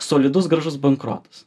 solidus gražus bankrotas